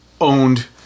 owned